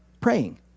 praying